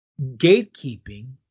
gatekeeping